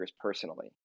personally